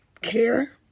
care